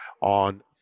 on